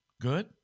Good